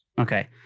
okay